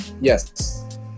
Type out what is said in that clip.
Yes